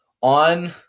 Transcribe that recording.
on